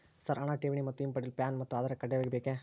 Sir ಹಣ ಠೇವಣಿ ಮತ್ತು ಹಿಂಪಡೆಯಲು ಪ್ಯಾನ್ ಮತ್ತು ಆಧಾರ್ ಕಡ್ಡಾಯವಾಗಿ ಬೇಕೆ?